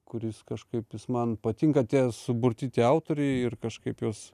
kuris kažkaip jis man patinka tie suburti tie autoriai ir kažkaip juos